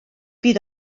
bydd